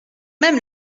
même